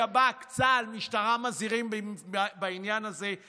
שב"כ, צה"ל, משטרה מזהירים בעניין הזה.